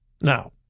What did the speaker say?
Now